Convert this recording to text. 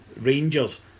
Rangers